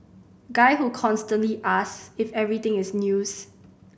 guy who constantly asks if everything is news